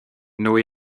nos